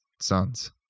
sons